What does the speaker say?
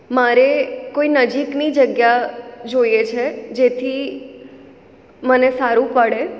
મારે કોઈ નજીકની જગ્યા જોઈએ છે જેથી મને સારું પડે